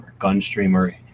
Gunstreamer